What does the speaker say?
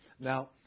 Now